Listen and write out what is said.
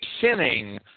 sinning